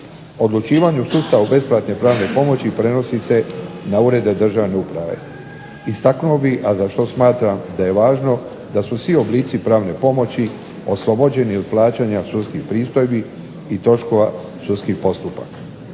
Odlučivanje o sustavu besplatne pravne pomoći prenosi se na urede Državne uprave. Istaknuo bih, a za što smatram da je važno, da su svi oblici pravne pomoći oslobođeni od plaćanja sudskih pristojbi i troškova sudskih postupaka.